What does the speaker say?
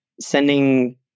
sending